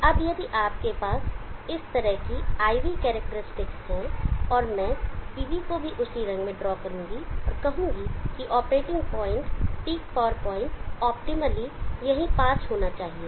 अब यदि आपके पास एक इस तरह की I V करैक्टेरिस्टिक्स है और मैं P V को भी उसी रंग से ड्रॉ करूंगा और कहूंगा कि operating point peak power point optimally यही पास होना चाहिए